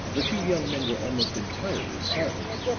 the two young men were almost entirely silent